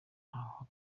ntaho